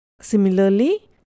similarly